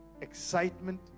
excitement